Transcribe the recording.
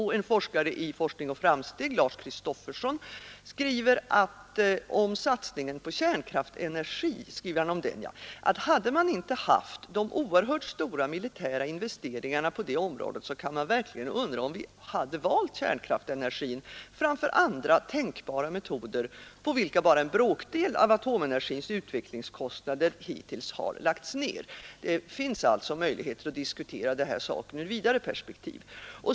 Beträffande satsningen på kärnkraftenergi skriver en annan forskare, Lars Kristofferson, i Forskning och framsteg att hade man inte haft de oerhört stora militära investeringarna på det området, kan man verkligen undra om vi hade valt kärnkraftenergin framför andra tänkbara metoder, på vilka bara en bråkdel av atomenergins utvecklingskostnader hittills lagts ned. Det finns alltså möjlighet att diskutera denna fråga ur ett vidare perspektiv.